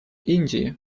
индии